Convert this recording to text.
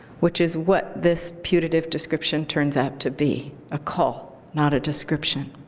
which is what this putative description turns out to be, a call, not a description.